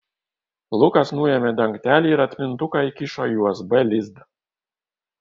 lukas nuėmė dangtelį ir atmintuką įkišo į usb lizdą